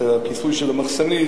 הכיסוי של המחסנית,